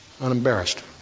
unembarrassed